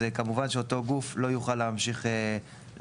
אז כמובן שאותו גוף לא יוכל להמשיך לעסוק